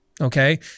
Okay